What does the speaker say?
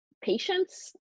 patience